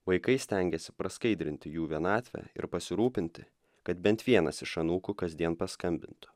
vaikai stengėsi praskaidrinti jų vienatvę ir pasirūpinti kad bent vienas iš anūkų kasdien paskambintų